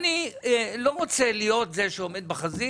אני לא רוצה להיות זה שעומד בחזית,